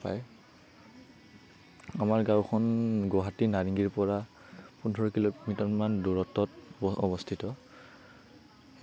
আমাৰ গাওঁখন গুৱাহাটী নাৰেঙ্গীৰ পৰা পোন্ধৰ কিলোমিটাৰমান দূৰত্বত অৱস্থিত